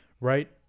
Right